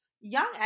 young